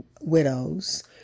widows